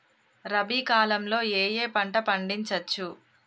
రబీ కాలంలో ఏ ఏ పంట పండించచ్చు?